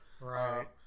Right